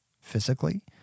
physically